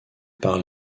par